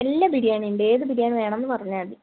എല്ലാ ബിരിയാണി ഉണ്ട് ഏത് ബിരിയാണി വേണംന്ന് പറഞ്ഞാൽ മതി